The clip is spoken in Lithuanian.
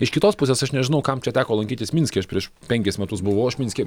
iš kitos pusės aš nežinau kam čia teko lankytis minske aš prieš penkis metus buvau aš minske